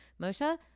Moshe